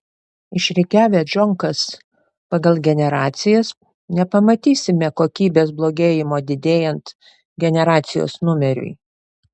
išrikiavę džonkas pagal generacijas nepamatysime kokybės blogėjimo didėjant generacijos numeriui